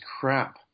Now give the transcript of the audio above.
crap